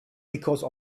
because